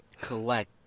collect